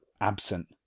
absent